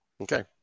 Okay